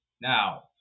Now